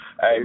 Hey